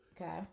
Okay